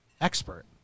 expert